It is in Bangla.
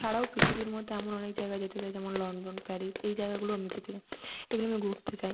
ছাড়াও পৃথিবীর মধ্যে এমন অনেক জায়গায় যেতে চাই যেমন লন্ডন প্যারিস এই জায়গাগুলোও আমি যেতে চাই এগুলো আমি ঘুরতে চাই